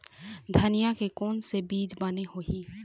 धनिया के कोन से बीज बने होही?